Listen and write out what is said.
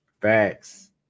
Facts